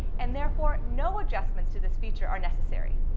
and therefore no adjustments to this feature are necessary.